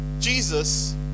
Jesus